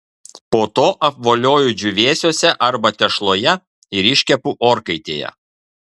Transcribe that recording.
po to apvolioju džiūvėsiuose arba tešloje ir iškepu orkaitėje